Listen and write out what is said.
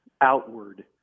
outward